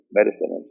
medicine